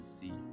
see